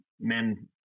men